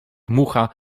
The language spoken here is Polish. mucha